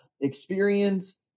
experience